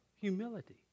humility